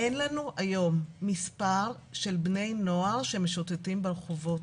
אין לנו היום מספר של בני נוער שמשוטטים ברחובות.